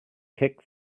kick